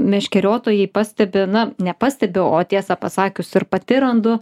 meškeriotojai pastebi na nepastebi o tiesą pasakius ir pati randu